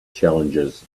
challenges